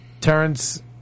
Terrence